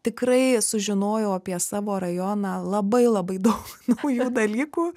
tikrai sužinojau apie savo rajoną labai labai daug naujų dalykų